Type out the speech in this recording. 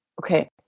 Okay